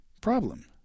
problem